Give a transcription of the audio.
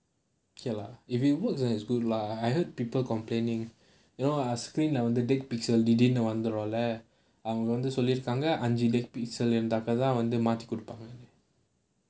okay lah if it works then is good lah I heard people complaining you know ah screen lah dead pixel திடீர்னு வந்துரும்ல அவங்க வந்து சொல்லிருக்காங்க அஞ்சு:thideernu vanthurumla avanga vanthu sollirukaanga anju dead pixel வந்தாக்கா தான் மாத்தி கொடுப்பாங்கனு:vanthaakka thaan maathi kodupaanganu